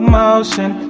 motion